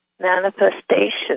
manifestation